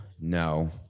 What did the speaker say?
no